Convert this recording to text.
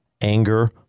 anger